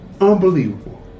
Unbelievable